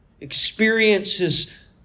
experiences